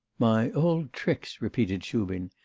my old tricks repeated shubin.